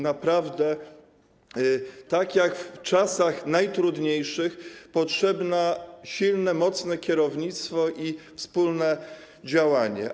Naprawdę, tak jak w czasach najtrudniejszych, potrzebne są silne, mocne kierownictwo i wspólne działanie.